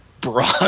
broad